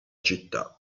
città